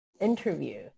interview